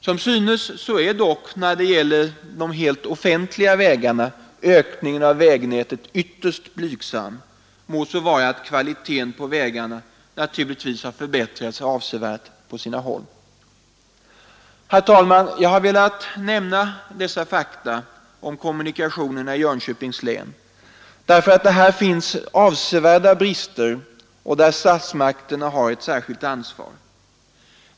Som framgår av dessa siffror är dock när det gäller de helt offentliga vägarna ökningen av vägnätet ytterst blygsam må så vara att kvaliteten på vägarna naturligtvis har förbättrats avsevärt på sina håll. Herr talman! Jag har velat nämna dessa fakta om kommunikationerna i Jönköpings län, därför att här finns avsevärda brister där statsmakterna har ett särskilt ansvar.